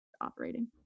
operating